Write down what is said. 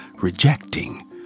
rejecting